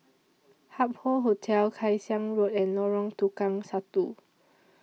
Hup Hotel Kay Siang Road and Lorong Tukang Satu